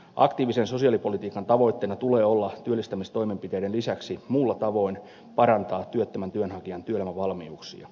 aktiivisen sosiaalipolitiikan tavoitteena tulee olla työllistämistoimenpiteiden lisäksi muulla tavoin parantaa työttömän työnhakijan työelämävalmiuksia